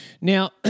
Now